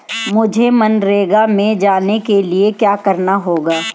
मुझे मनरेगा में जाने के लिए क्या करना होगा?